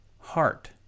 heart